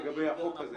לגבי החוק הזה.